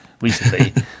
recently